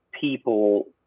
people